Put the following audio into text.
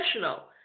professional